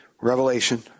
Revelation